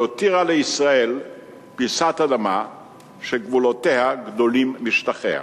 שהותירה לישראל פיסת אדמה שגבולותיה גדולים משטחיה.